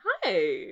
Hi